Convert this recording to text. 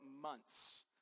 months